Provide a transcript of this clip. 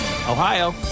Ohio